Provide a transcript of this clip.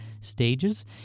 Stages